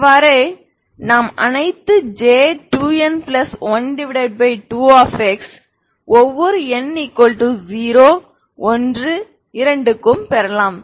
இவ்வாறே நீங்கள் அனைத்து J2n12 x ஒவ்வொரு n0 1 2 க்கும் பெறலாம்